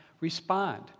respond